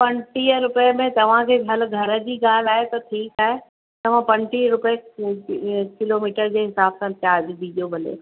पंटीह रुपए में तव्हांजे हल घर जी ॻाल्हि आहे त ठीकु आहे तव्हां पंटीअ रुपए किलोमीटर जे हिसाब सां चार्ज ॾिजो भले